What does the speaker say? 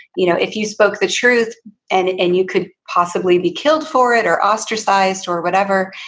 you know if you spoke the truth and and you could possibly be killed for it or ostracized or whatever,